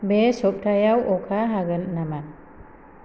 बे सप्तायाव अखा हागोन नामा